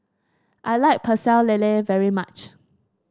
I like Pecel Lele very much